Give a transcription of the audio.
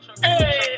Hey